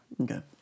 Okay